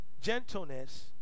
gentleness